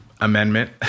amendment